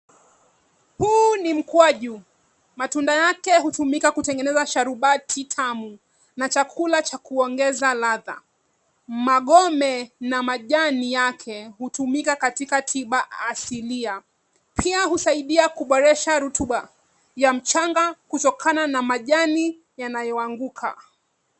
Huu ni mkwaju, matunda yake hutumika kutegenezea sharubati tamu. Na chakula cha kuongeza ladha. Magome na majani yake hutumika katika tiba asilia. Pia husaidia kuboresha rutuba ya mchanga kutokana na majani yanayoanguka.